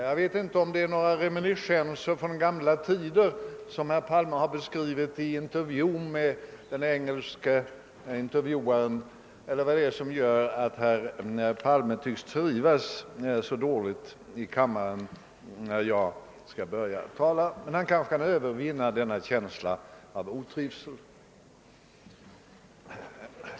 Jag vet inte om det är några reminiscenser från gamla tider som herr Palme beskrivit i intervjun med den engelske intervjuaren eller vad annat det är som gör att herr Palme tycks trivas så dåligt i kammaren när jag börjar tala. Men han kanske i dag kan övervinna denna känsla av otrivsel.